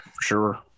sure